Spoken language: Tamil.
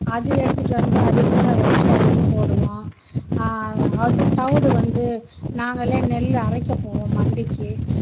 அது எடுத்துட்டு வந்து அது ஊற வச்சு அதுக்கு போடுவோம் அது தவிடு வந்து நாங்களே நெல் அரைக்க போவோம் மண்டிக்கு